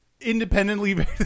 Independently